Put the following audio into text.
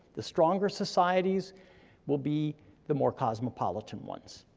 the stronger societies will be the more cosmopolitan ones.